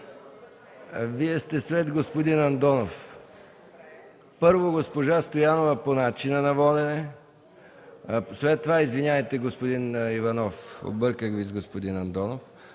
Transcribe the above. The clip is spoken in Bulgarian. Ви, господин Цонев. Първо, госпожа Стоянова по начина на водене, след това – господин Иванов. Обърках Ви с господин Андонов.